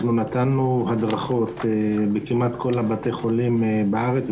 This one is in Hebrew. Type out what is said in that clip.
אנחנו נתנו הדרכות כמעט בכל בתי החולים בארץ,